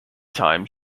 time